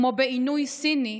כמו בעינוי סיני,